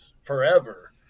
forever